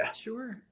and sure,